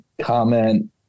comment